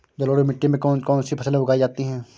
जलोढ़ मिट्टी में कौन कौन सी फसलें उगाई जाती हैं?